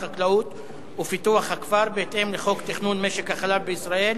החקלאות ופיתוח הכפר בהתאם לחוק תכנון משק החלב בישראל,